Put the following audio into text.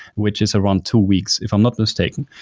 which is around two weeks if i'm not mistaking.